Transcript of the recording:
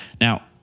Now